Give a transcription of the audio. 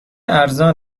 ارزان